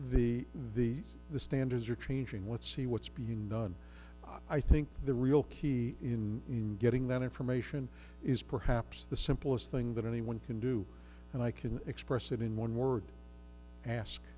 the the the standards are changing what she what's being done i think the real key in getting that information is perhaps the simplest thing that anyone can do and i can express it in one word ask